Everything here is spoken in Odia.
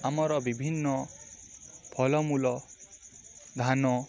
ଆମର ବିଭିନ୍ନ ଫଳମୂଳ ଧାନ